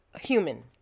human